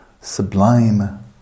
sublime